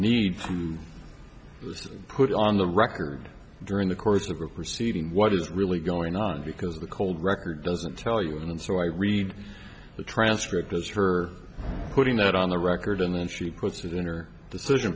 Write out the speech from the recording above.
need to put on the record during the course of a proceeding what is really going on because the cold record doesn't tell you and so i read the transcript as for putting it on the record and then she puts it in her decision